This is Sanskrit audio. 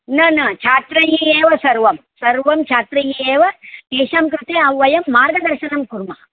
न न छात्रैः एव सर्वं सर्वं छात्रैः एव तेषां कृते वयं मार्गदर्शनं कुर्मः